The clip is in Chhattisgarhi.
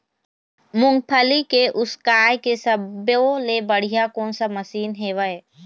मूंगफली के उसकाय के सब्बो ले बढ़िया कोन सा मशीन हेवय?